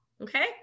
okay